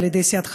על ידי סיעתך,